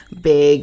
big